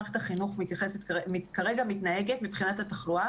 מערכת החינוך כרגע מתנהגת מבחינת התחלואה